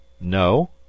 No